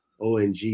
ONG